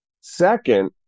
Second